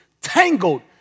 tangled